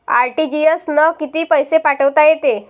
RTGS न कितीक पैसे पाठवता येते?